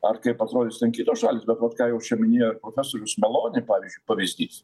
ar kaip atrodys ten kitos šalys bet vat ką jau čia minėjo profesorius maloni pavyzdžiui pavyzdys